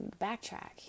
backtrack